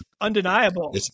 undeniable